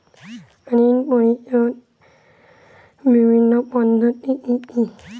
ঋণ পরিশোধের বিভিন্ন পদ্ধতি কি কি?